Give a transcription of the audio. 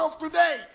today